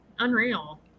unreal